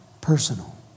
personal